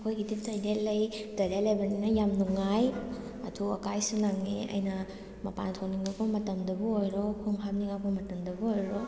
ꯑꯩꯈꯣꯏꯒꯤꯗꯤ ꯇꯣꯏꯂꯦꯠ ꯂꯩ ꯇꯣꯏꯂꯦꯠ ꯂꯩꯕꯅꯤꯅ ꯌꯥꯝ ꯅꯨꯡꯉꯥꯏ ꯑꯊꯨ ꯑꯀꯥꯏꯁꯨ ꯅꯪꯉꯤ ꯑꯩꯅ ꯃꯄꯥꯟ ꯊꯣꯛꯅꯤꯡꯂꯛꯄ ꯉꯛꯄ ꯃꯇꯝꯗꯕꯨ ꯑꯣꯏꯔꯣ ꯈꯣꯡ ꯍꯥꯝꯅꯤꯡꯂꯛꯄ ꯃꯇꯝꯗꯕꯨ ꯑꯣꯏꯔꯣ